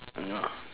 ya